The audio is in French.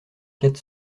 quatre